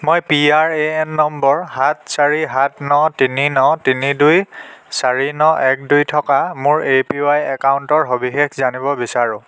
মই P R A N number সাত চাৰি সাত ন তিনি ন তিনি দুই চাৰি ন এক দুই থকা মোৰ এ পি ৱাই একাউণ্টৰ সবিশেষ জানিব বিচাৰোঁ